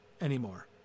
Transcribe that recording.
anymore